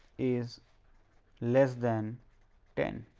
is less than ten